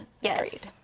Yes